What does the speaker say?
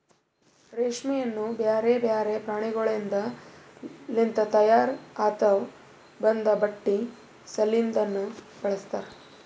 ರೇಷ್ಮೆಯನ್ನು ಬ್ಯಾರೆ ಬ್ಯಾರೆ ಪ್ರಾಣಿಗೊಳಿಂದ್ ಲಿಂತ ತೈಯಾರ್ ಆತಾವ್ ಮತ್ತ ಬಟ್ಟಿ ಸಲಿಂದನು ಬಳಸ್ತಾರ್